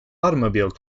automobile